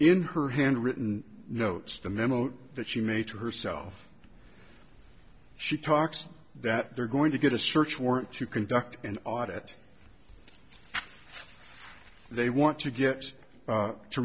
in her hand written notes the memo that she made to herself she talks that they're going to get a search warrant to conduct an audit they want to get